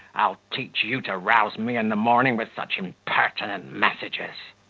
i'll teach you to rouse me in the morning with such impertinent messages.